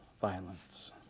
violence